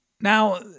Now